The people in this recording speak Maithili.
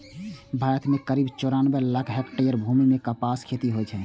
भारत मे करीब चौरानबे लाख हेक्टेयर भूमि मे कपासक खेती होइ छै